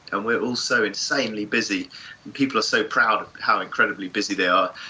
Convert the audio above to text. and we're all so insanely busy. and people are so proud of how incredibly busy they are.